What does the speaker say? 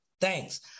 Thanks